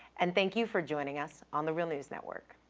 and thank you for joining us on the real news network.